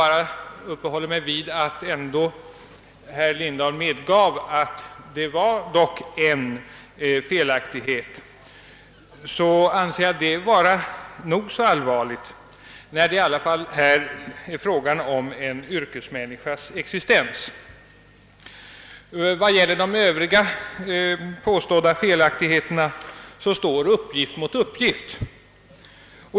Men herr Lindahl medgav att det dock fanns en felaktighet, och jag anser det vara nog så allvarligt när det ändå är fråga om en yrkesmänniskas existens. I fråga om de övriga påstådda felaktigheterna står uppgift mot uppgift.